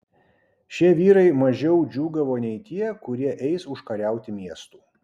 šie vyrai mažiau džiūgavo nei tie kurie eis užkariauti miestų